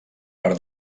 per